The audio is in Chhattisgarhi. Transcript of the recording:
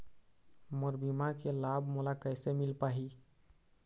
मोर बीमा के लाभ मोला कैसे मिल पाही?